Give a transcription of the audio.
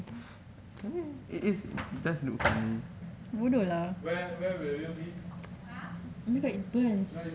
bodoh lah oh my god burns